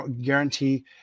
guarantee